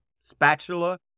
spatula